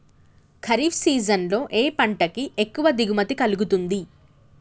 Kharif season లో ఏ పంట కి ఎక్కువ దిగుమతి కలుగుతుంది?